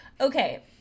Okay